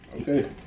Okay